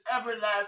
everlasting